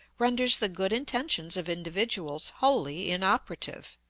renders the good intentions of individuals wholly inoperative.